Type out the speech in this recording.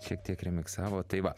šiek tiek remiksavo tai va